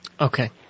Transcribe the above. Okay